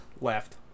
left